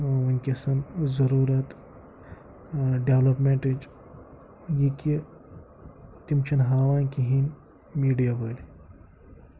وٕنۍکٮ۪س ضوٚروٗرَت ڈیولَپمٮ۪نٛٹٕچ یہِ کہِ تِم چھِنہٕ ہاوان کِہیٖنۍ میٖڈیا وٲلۍ